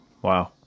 Wow